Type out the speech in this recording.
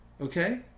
Okay